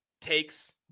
takes